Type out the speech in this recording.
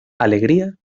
alegría